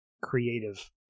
creative